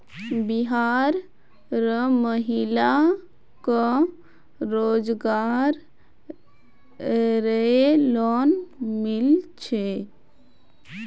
बिहार र महिला क रोजगार रऐ लोन मिल छे